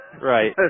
Right